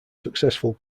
successful